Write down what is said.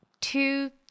two